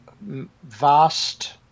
vast